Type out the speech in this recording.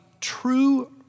true